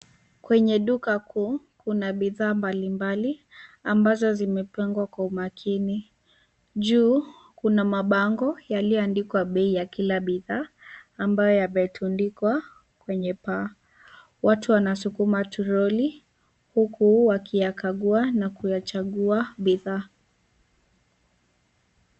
Kwenye duka kuu, kuna bidhaa mbalimbali ambazo zimepangwa kwa umakini. Juu kuna mabango yaliyoandikwa bei ya kila bidhaa ambayo yametundikwa kwenye paa. Watu wanasukuma troli huku wakiyakagua na kuchagua bidhaa.